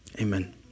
Amen